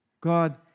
God